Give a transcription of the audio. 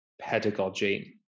pedagogy